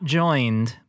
joined